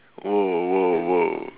!whoa! !whoa! !whoa!